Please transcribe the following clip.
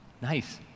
Nice